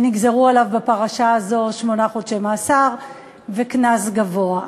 ונגזרו עליו בפרשה הזו שמונה חודשי מאסר וקנס גבוה.